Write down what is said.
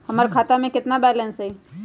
हमर खाता में केतना बैलेंस हई?